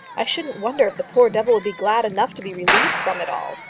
i shouldn't wonder if the poor devil would be glad enough to be relieved from it all.